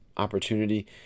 opportunity